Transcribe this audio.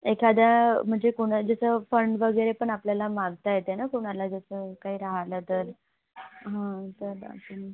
एखाद्या म्हणजे कोणा ज्याचं फंड वगैरे पण आपल्याला मागता येते ना कुणाला जसं काही राहिलं तर हं तर जाते